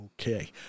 okay